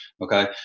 okay